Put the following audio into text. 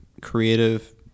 creative